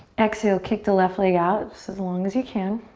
exhale, kick the left leg out. just as long as you can.